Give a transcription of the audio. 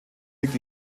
liegt